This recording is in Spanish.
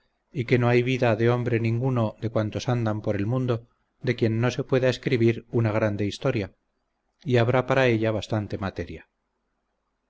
salamanca que no hay vida de hombre ninguno de cuantos andan por el mundo de quien no se pueda escribir una grande historia y habrá para ella bastante materia